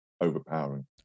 overpowering